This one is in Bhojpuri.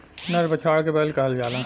नर बछड़ा के बैल कहल जाला